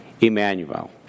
Emmanuel